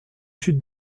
sud